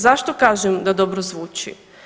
Zašto kažem da dobro zvuči?